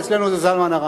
ואצלנו זה זלמן ארן.